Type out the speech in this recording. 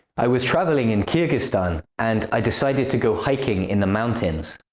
i was travelling in kyrgyzstan, and i decided to go hiking in the mountains.